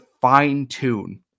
fine-tune